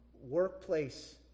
workplace